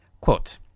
Quote